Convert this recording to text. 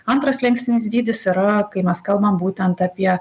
antras slenkstinis dydis yra kai mes kalbam būtent apie